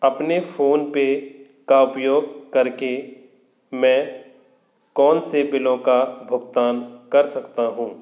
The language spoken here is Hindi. अपने फ़ोन पे का उपयोग करके मैं कौन से बिलों का भुगतान कर सकता हूँ